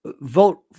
vote